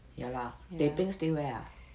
ya lah teh peng stay where ah